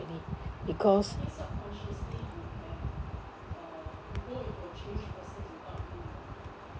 because